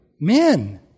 Men